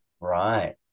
Right